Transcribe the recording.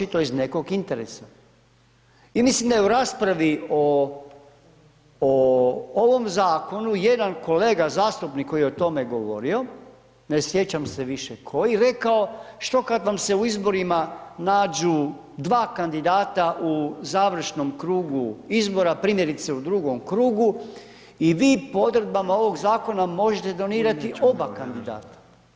I mislim da je u raspravi o ovom zakonu jedan kolega zastupnik koji je o tome govorio, ne sjećam se više koji, rekao što kad vam se u izborima nađu dva kandidata u završnom krugu izbora, primjerice u drugom krugu i vi po odredbama ovog zakona možete donirati oba kandidata.